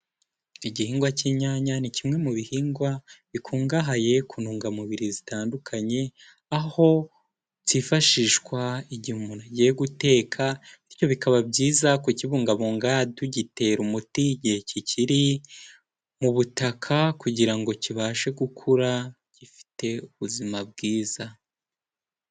Igihingwa cy'inyanya ni kimwe mu bihingwa bikungahaye ku ntungamubiri zitandukanye, aho cyifashishwa igihe umuntu agiye guteka, bityo bikaba byiza kukibungabunga tugitera umuti igihe kikiri mu butaka, kugira ngo kibashe gukura gifite ubuzima bwiza.